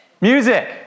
Music